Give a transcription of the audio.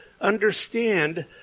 understand